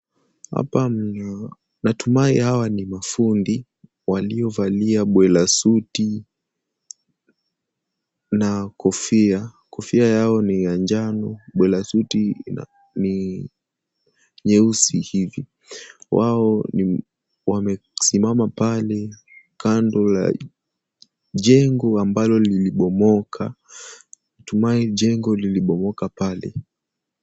Hapa natumai hawa ni mafundi waliovalia boila suti na kofia, kofia yao ni ya njano. Boila suti ni nyeusi hivi. Wao wamesimama pale kando ya jengo ambalo lilibomoka . Natumai jengo lilibomoka pale.